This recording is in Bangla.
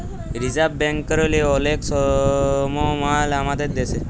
রিজাভ ব্যাংকেরলে অলেক সমমাল আমাদের দ্যাশে